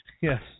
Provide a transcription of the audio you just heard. yes